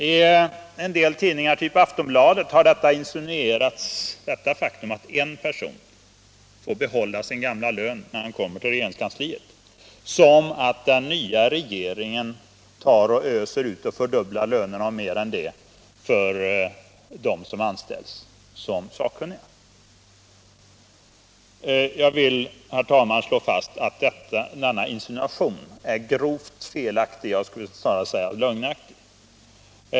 I en del tidningar, typ Aftonbladet, har detta faktum, att en person får behålla sin gamla lön, gjorts till en insinuation om att den nya regeringen öser ut pengar och fördubblar lönerna och mer än det för dem som anställs som sakkunniga. Jag vill, herr talman, slå fast att denna insinuation är grovt felaktig, ja, jag skulle vilja säga lögnaktig.